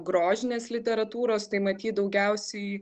grožinės literatūros tai matyt daugiausiai